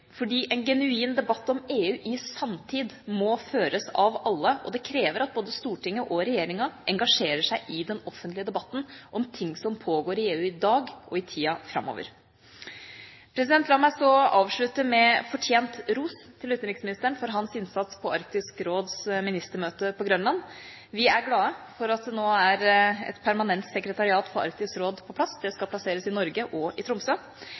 fordi en genuin debatt om EU i samtid må føres av alle. Det krever at både Stortinget og regjeringa engasjerer seg i den offentlige debatten om ting som pågår i EU i dag og i tida framover. La meg så avslutte med fortjent ros til utenriksministeren for hans innsats på Arktisk Råds ministermøte på Grønland. Vi er glade for at et permanent sekretariat for Arktisk Råd nå er på plass. Det skal plasseres i Norge, i Tromsø. Det er også undertegnet en avtale om søk og redning i